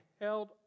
held